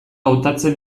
hautatzen